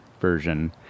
version